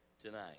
tonight